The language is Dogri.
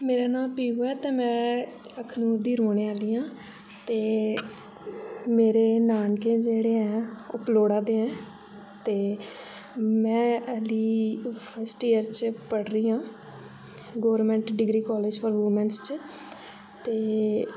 मेरा नांऽ पीहू ऐ ते मैं अखनूर दी रौह्रे आह्ली आं ते मेरे नानके जेह्ड़े ऐ ओह् पलौड़ा दे ऐ ते मैं हली फस्ट ईयर च पढ़ री आं government degree college for women's च ते